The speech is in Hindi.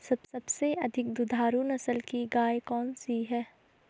सबसे अधिक दुधारू नस्ल की गाय कौन सी है?